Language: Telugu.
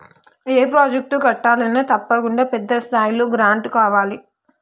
ఏ ప్రాజెక్టు కట్టాలన్నా తప్పకుండా పెద్ద స్థాయిలో గ్రాంటు కావాలి